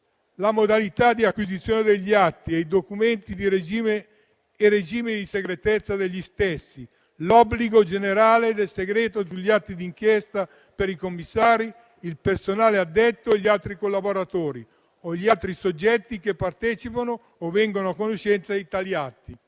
la modalità di acquisizione di atti e documenti e il regime di segretezza degli stessi; l'obbligo generale del segreto sugli atti di inchiesta per i commissari, il personale addetto e gli altri collaboratori o gli altri soggetti che partecipano o vengono a conoscenza di tali atti.